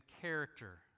character